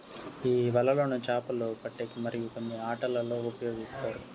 ఈ వలలను చాపలు పట్టేకి మరియు కొన్ని ఆటలల్లో ఉపయోగిస్తారు